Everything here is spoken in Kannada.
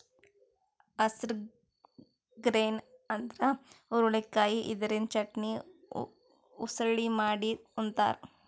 ಹಾರ್ಸ್ ಗ್ರೇನ್ ಅಂದ್ರ ಹುರಳಿಕಾಯಿ ಇದರಿಂದ ಚಟ್ನಿ, ಉಸಳಿ ಮಾಡಿ ಉಂತಾರ್